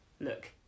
look